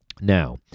Now